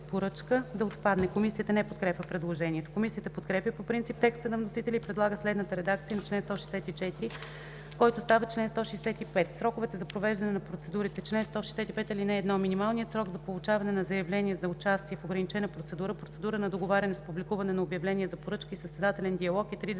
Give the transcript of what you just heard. поръчка” да отпадне.” Комисията не подкрепя предложението. Комисията подкрепя по принцип текста на вносителя и предлага следната редакция на чл. 164, който става чл. 165: „Срокове за провеждане на процедурите Чл. 165. (1) Минималният срок за получаване на заявления за участие в ограничена процедура, процедура на договаряне с публикуване на обявление за поръчка и състезателен диалог е 30